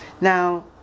now